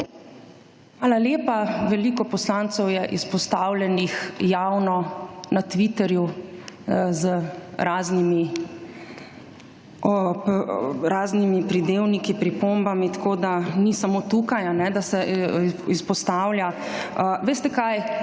Hvala lepa. Veliko poslancev je izpostavljeni javno, na Twitterju z raznimi pridevniki, pripombami. Tako da ni samo tukaj, da se izpostavlja. Veste kaj?